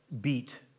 beat